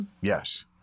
Yes